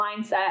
mindset